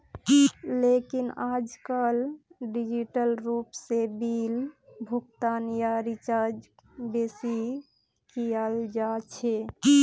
लेकिन आयेजकल डिजिटल रूप से बिल भुगतान या रीचार्जक बेसि कियाल जा छे